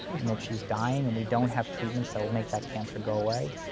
and that she's dying and we don't have treatments that will make that cancer go away,